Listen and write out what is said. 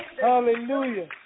Hallelujah